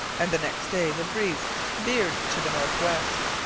and the next day the breeze veered to the north-west.